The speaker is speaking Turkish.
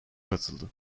katıldı